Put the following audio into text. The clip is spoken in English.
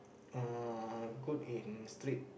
uh good in street